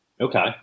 okay